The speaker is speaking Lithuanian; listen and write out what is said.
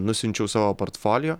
nusiunčiau savo portfolio